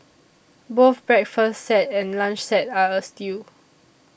both breakfast set and lunch set are a steal